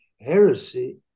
heresy